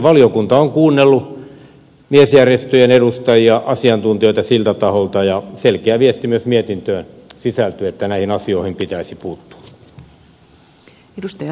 valiokunta on kuunnellut miesjärjestöjen edustajia asiantuntijoita siltä taholta ja selkeä viesti myös mietintöön sisältyy että näihin asioihin pitäisi puuttua